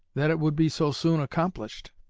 that it would be so soon accomplished.